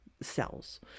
cells